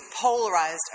polarized